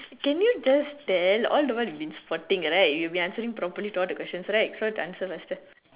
can you just tell all the while we've been sporting right you'll be answering properly to all the questions right so what's the answer faster